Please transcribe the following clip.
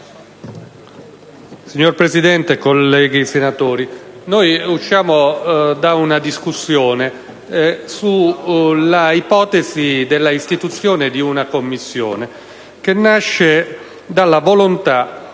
Signor Presidente, colleghi senatori, abbiamo appena concluso una discussione sull'ipotesi di istituzione di una Commissione che nasce dalla volontà